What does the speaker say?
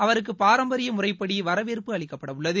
அவருக்கு பாரம்பரிய முறைப்படி வரவேற்பு அளிக்கப்பட உள்ளது